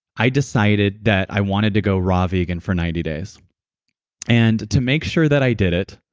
i decided that i wanted to go raw vegan for ninety days and to make sure that i did it,